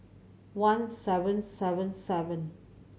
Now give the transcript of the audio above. one seven seven seven